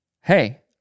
hey